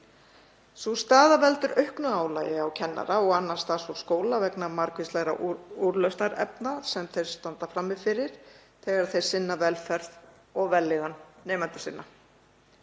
Sú staða veldur auknu álagi á kennara og annað starfsfólk skóla vegna margvíslegra úrlausnarefna sem þeir standa frammi fyrir þegar þeir sinna velferð og vellíðan nemenda sinna.